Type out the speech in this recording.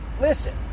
Listen